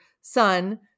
son